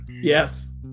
Yes